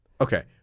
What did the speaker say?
Okay